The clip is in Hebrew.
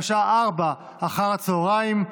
בשעה 16:00